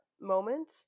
moment